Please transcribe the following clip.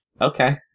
Okay